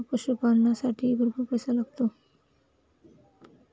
पशुपालनालासाठीही भरपूर पैसा लागतो